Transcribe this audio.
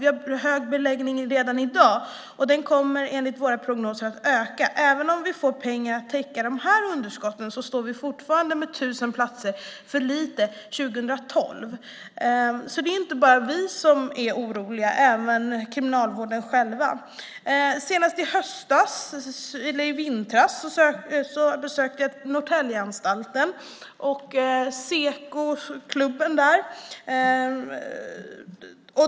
Vi har hög beläggning redan i dag, och den kommer enligt våra prognoser att öka. Även om vi får pengar att täcka de här underskotten står vi fortfarande med 1 000 platser för lite 2012, säger han. Det är alltså inte bara vi som är oroliga, utan även Kriminalvården själv. Senast i vintras besökte jag Norrtäljeanstalten och Sekoklubben där.